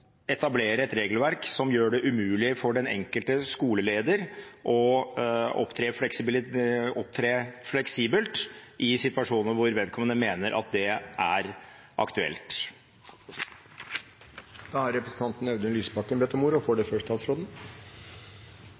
etablere et regelverk som gjør det umulig for den enkelte skoleleder å opptre fleksibelt i situasjoner hvor vedkommende mener at det er aktuelt. Saksordføreren gjorde godt rede for hvordan det er full enighet i komiteen om at det